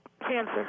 cancer